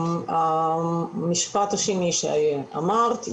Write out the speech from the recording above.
המשפט השני שאמרת.